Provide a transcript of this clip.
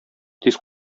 тиз